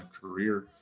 career